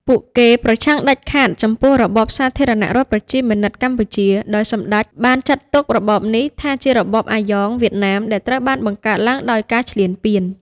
ពួកគេប្រឆាំងដាច់ខាតចំពោះរបបសាធារណរដ្ឋប្រជាមានិតកម្ពុជា ដោយសម្ដេចបានចាត់ទុករបបនេះថាជារបបអាយ៉ងវៀតណាមដែលត្រូវបានបង្កើតឡើងដោយការឈ្លានពាន។